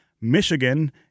Michigan